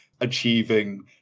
achieving